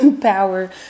power